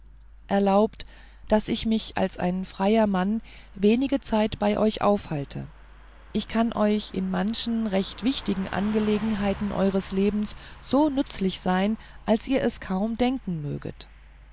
erlaubt daß ich mich als ein freier mann wenige zeit bei euch aufhalte ich kann euch in manchen recht wichtigen angelegenheiten eures lebens so nützlich sein als ihr es kaum denken möget